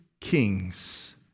kings